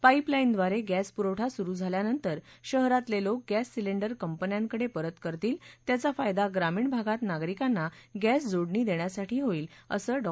पाईपला जिब्रारे गॅस पुरवठा सुरु झाल्यानंतर शहरातले लाक गॅस सिलेंडर कंपन्यांकडे परत करतील त्याचा फायदा ग्रामीण भागात नागरिकांना गॅस जोडणी देण्यासाठी होईल असं डॉ